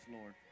Lord